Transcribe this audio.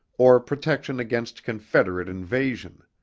or protection against confederate invasion.